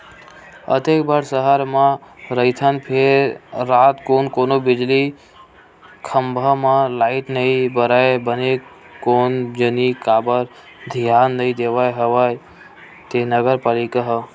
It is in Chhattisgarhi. अतेक बड़ सहर म रहिथन फेर रातकुन कोनो बिजली खंभा म लाइट नइ बरय बने कोन जनी काबर धियान नइ देवत हवय ते नगर पालिका ह